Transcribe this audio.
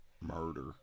murder